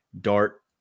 Dart